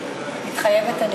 מתחייבת אני